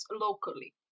locally